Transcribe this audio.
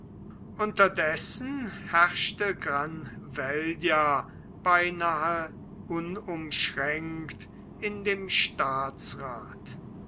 unterdessen herrschte granvella beinahe unumschränkt in dem staatsrath